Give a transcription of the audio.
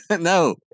No